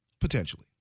potentially